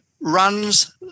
runs